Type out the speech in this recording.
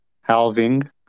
halving